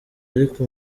ariko